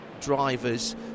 drivers